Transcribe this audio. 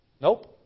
Nope